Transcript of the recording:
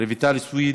רויטל סויד,